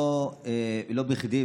לא בכדי,